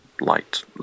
light